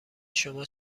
شما